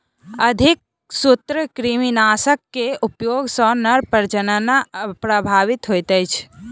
अधिक सूत्रकृमिनाशक के उपयोग सॅ नर प्रजनन प्रभावित होइत अछि